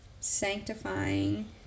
sanctifying